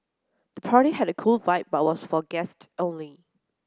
the party had a cool vibe but was for guests only